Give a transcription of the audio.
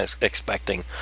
expecting